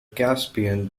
caspian